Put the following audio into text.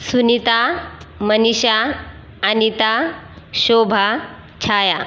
Sunita Manisha Anita Shobha Chhaya